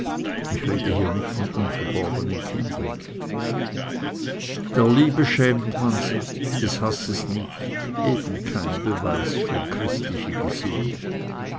ich rede hier nicht von unverdorbenen kindern der liebe schämt man sich des hasses nicht eben kein beweis für christliche gesinnung